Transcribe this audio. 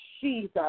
Jesus